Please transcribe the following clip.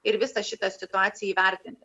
ir visą šitą situaciją įvertinti